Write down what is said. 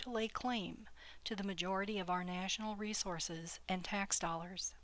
to lay claim to the majority of our national resources and tax dollars